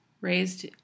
raised